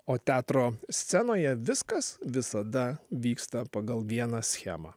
o teatro scenoje viskas visada vyksta pagal vieną schemą